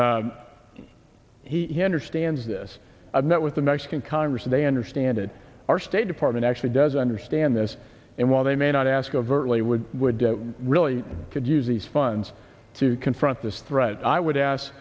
chertoff he understands this i've met with the mexican congress they understand it our state department actually does understand this and while they may not ask overtly would would really could use these funds to confront this threat i would ask